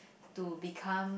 to become